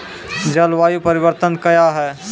जलवायु परिवर्तन कया हैं?